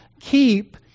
keep